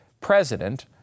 president